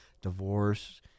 divorce